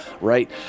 right